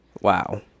Wow